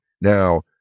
Now